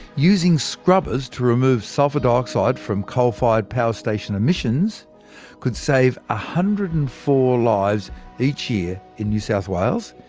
using scrubbers to remove sulphur dioxide from coal-fired power station emissions could save one ah hundred and four lives each year in new south wales,